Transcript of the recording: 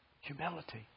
Humility